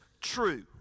true